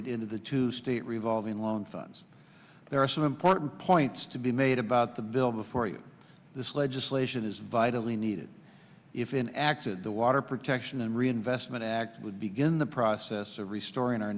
into the two state revolving loan funds there are some important points to be made about the bill before you this legislation is vitally needed if in acted the water protection and reinvestment act would begin the process of restoring our